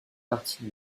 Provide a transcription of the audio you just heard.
partie